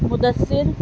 Mudassir